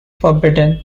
forbidden